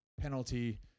penalty